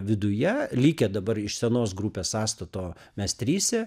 viduje likę dabar iš senos grupės sąstato mes tryse